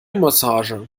massage